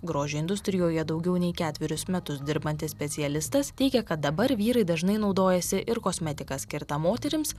grožio industrijoje daugiau nei ketverius metus dirbantis specialistas teigia kad dabar vyrai dažnai naudojasi ir kosmetika skirta moterims